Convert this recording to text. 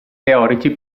teorici